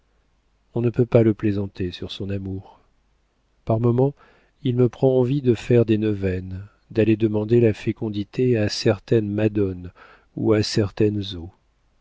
on ne peut pas le plaisanter sur son amour par moments il me prend envie de faire des neuvaines d'aller demander la fécondité à certaines madones ou à certaines